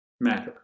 matter